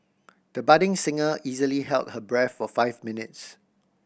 the budding singer easily held her breath for five minutes